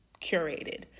curated